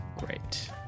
great